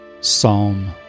Psalm